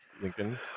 lincoln